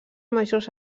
majors